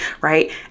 right